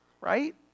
right